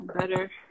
Better